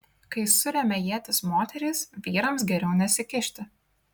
kai suremia ietis moterys vyrams geriau nesikišti